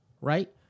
right